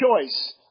choice